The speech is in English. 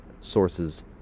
sources